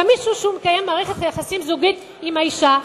אלא גם מישהו שמקיים מערכת יחסים זוגית עם האשה.